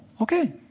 Okay